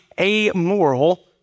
amoral